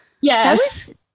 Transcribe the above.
yes